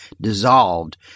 dissolved